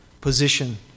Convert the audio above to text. position